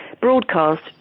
broadcast